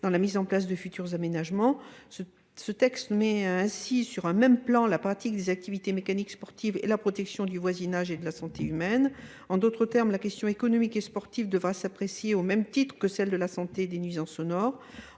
dans la mise en place de futurs aménagements. Ce texte met ainsi sur un même plan la pratique des activités mécaniques sportives et la protection du voisinage et de la santé humaine. En d'autres termes, la question économique et sportive devra s'apprécier au même titre que celle de la santé des Nuisances au Nord.